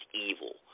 evil